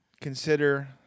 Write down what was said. consider